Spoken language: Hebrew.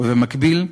ובמקביל,